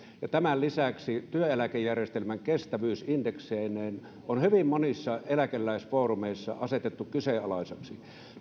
ja tämän lisäksi työeläkejärjestelmän kestävyys indekseineen on hyvin monissa eläkeläisfoorumeissa asetettu kyseenalaiseksi